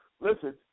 listen